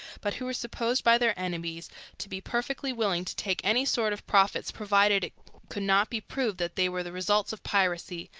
but who were supposed by their enemies to be perfectly willing to take any sort of profits provided it could not be proved that they were the results of piracy,